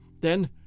Then